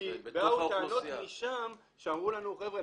כי באו טענות משם שאמרו לנו "חבר'ה,